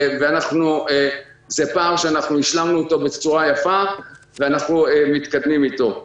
זה פער שהשלמנו בצורה יפה ואנחנו מתקדמים איתו.